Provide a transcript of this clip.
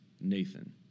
Nathan